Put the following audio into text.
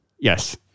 Yes